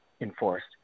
enforced